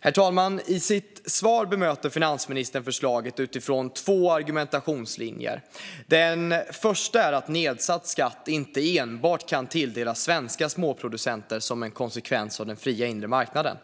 Herr talman! I sitt svar bemöter finansministern förslaget utifrån två argumentationslinjer. Den första är att nedsatt skatt inte enbart kan tilldelas svenska småproducenter, som en konsekvens av den fria inre marknaden.